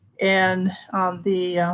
and the